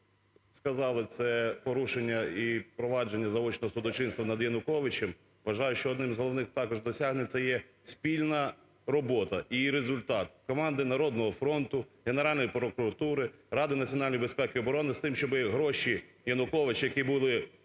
ви сказали це порушення і провадження заочного судочинства над Януковичем. Вважаю, що одним з головних також досягнень – це є спільна робота і її результат команди "Народного фронту", Генеральної прокуратури, Ради національної безпеки і оборони з тим, щоб гроші Януковича, які були заарештовані